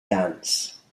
dance